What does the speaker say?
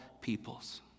peoples